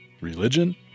Religion